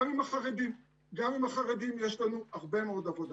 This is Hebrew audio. גם עם החרדים יש לנו הרבה מאוד עבודה.